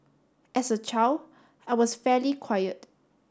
as a child I was fairly quiet